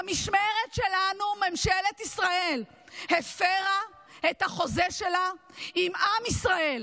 במשמרת שלנו ממשלת ישראל הפרה את החוזה שלה עם עם ישראל,